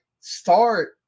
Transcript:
start